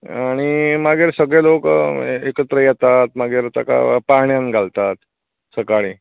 आनी मागीर सगळे लोक एकत्र येतात आनी मागीर ताका पाळण्यान घालतात सकाळी